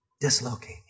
dislocate